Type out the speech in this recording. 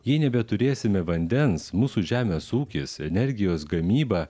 jei nebeturėsime vandens mūsų žemės ūkis energijos gamyba